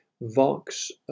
Vox